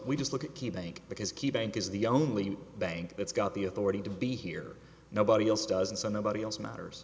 we just look at key banc because key bank is the only bank that's got the authority to be here nobody else does and so nobody else matters